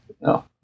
No